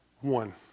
One